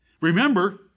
Remember